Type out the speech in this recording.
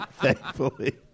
Thankfully